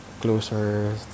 closer